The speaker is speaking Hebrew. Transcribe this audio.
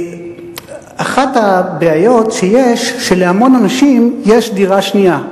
אחת הבעיות שיש, שלהמון אנשים יש דירה שנייה.